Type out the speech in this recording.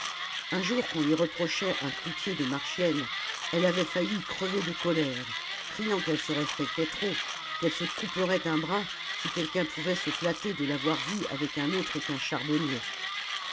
un jour qu'on lui reprochait un cloutier de marchiennes elle avait failli crever de colère criant qu'elle se respectait trop qu'elle se couperait un bras si quelqu'un pouvait se flatter de l'avoir vue avec un autre qu'un charbonnier